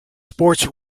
sports